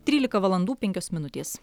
trylika valandų penkios minutės